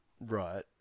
Right